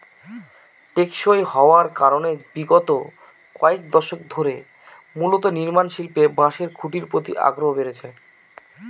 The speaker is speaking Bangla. টেকসই হওয়ার কারনে বিগত কয়েক দশক ধরে মূলত নির্মাণশিল্পে বাঁশের খুঁটির প্রতি আগ্রহ বেড়েছে